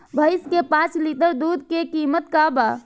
भईस के पांच लीटर दुध के कीमत का बा?